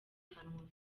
kanwa